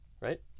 right